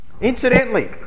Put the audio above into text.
incidentally